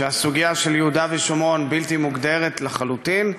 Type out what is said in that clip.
שהסוגיה של יהודה ושומרון בלתי מוגדרת לחלוטין.